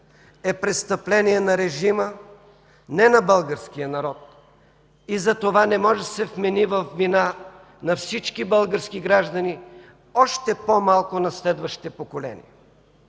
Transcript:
е престъпление на режима, не на българския народ и затова не може да се вмени вина на всички български граждани, още по-малко на следващите поколения.